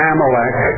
Amalek